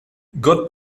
gott